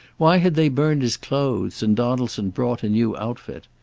why had they burned his clothes, and donaldson brought a new outfit?